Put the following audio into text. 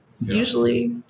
usually